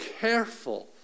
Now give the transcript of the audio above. careful